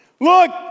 Look